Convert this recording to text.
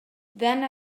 than